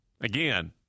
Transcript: again